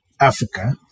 Africa